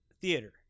theater